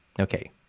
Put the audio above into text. Okay